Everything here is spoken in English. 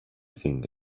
thing